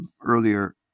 earlier